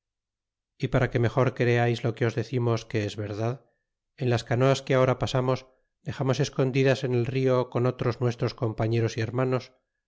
y para que mejor creais lo que os decimos que es verdad en las canoas que ej do aborg amamos dexamoa e soondidas en con otros nuestros compañeros y hermanos